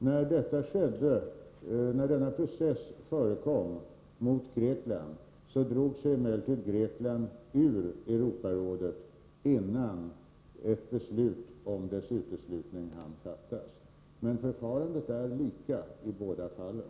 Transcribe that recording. När denna process försiggick mot Grekland, drog sig emellertid Grekland ur Europarådet innan ett beslut om dess uteslutning hann fattas. Men förfarandet är lika i båda fallen.